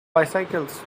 bicycles